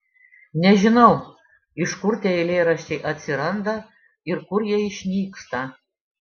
nežinau iš kur tie eilėraščiai atsiranda ir kur jie išnyksta